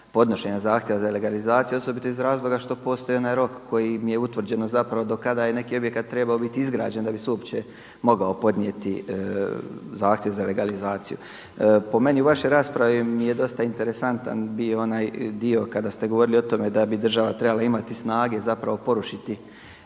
podnošenje zahtjeva za legalizaciju osobito iz razloga što postoji onaj rok kojim je utvrđeno zapravo do kada je neki objekat trebao biti izgrađen da bi se uopće mogao podnijeti zahtjev za legalizaciju. Po meni u vašoj raspravi mi je dosta interesantan bio onaj dio kada ste govorili o tome da bi država trebala imati snage zapravo porušiti